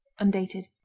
undated